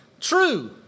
True